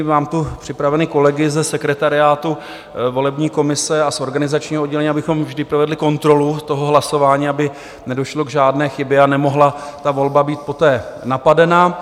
Mám tu připraveny kolegy ze sekretariátu volební komise a z organizačního oddělení, abychom vždy provedli kontrolu hlasování, aby nedošlo k žádné chybě a nemohla ta volba být poté napadena.